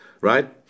right